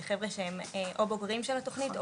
זה חבר'ה שהם או בוגרים של התכנית,